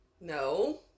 No